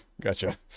Gotcha